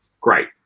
great